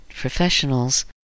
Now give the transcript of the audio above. professionals